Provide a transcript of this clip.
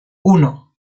uno